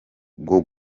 bwo